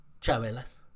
Chabela's